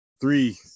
three